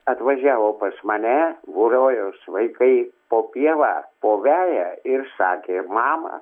atvažiavo pas mane voliojos vaikai po pievą po veją ir sakė mama